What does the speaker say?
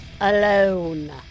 alone